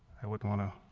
i wouldn't want to